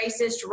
racist